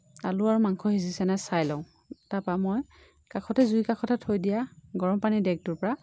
আলু আৰু মাংস সিজিছেনে চাই লওঁ তাৰপৰা মই কাষতে জুইৰ কাষতে থৈ দিয়া গৰম পানীৰ ডেকটোৰ পৰা